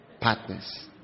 Partners